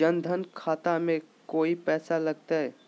जन धन लाभ खाता में कोइ पैसों लगते?